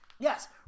Yes